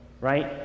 Right